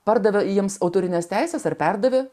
pardavė jiems autorines teises ir perdavė